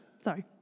Sorry